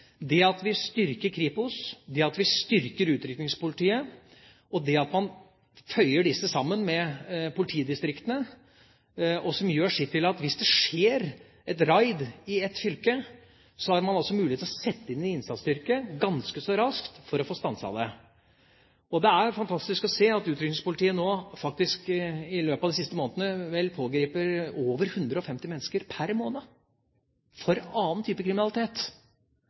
Det at vi styrker Kripos, at vi styrker utrykningspolitiet, og at man føyer disse sammen med politidistriktene, gjør sitt til at hvis det skjer et raid i ett fylke, har man altså muligheten til å sette inn en innsatsstyrke ganske så raskt for å få stanset det. Det er fantastisk å se at utrykningspolitiet – faktisk i løpet av de siste månedene – vel pågriper over 150 mennesker per måned for annen type kriminalitet.